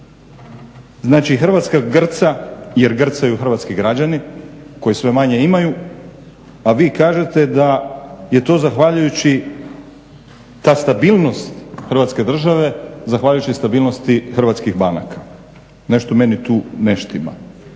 Znači Hrvatska grca jer grcaju hrvatski građani koji sve manje imaju, a vi kažete da je to zahvaljujući ta stabilnost Hrvatske države zahvaljujući stabilnosti hrvatskih banaka. Nešto meni tu ne štima.